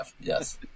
Yes